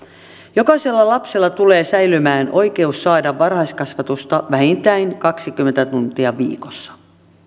jokaisella lapsella tulee säilymään oikeus saada varhaiskasvatusta vähintään kaksikymmentä tuntia viikossa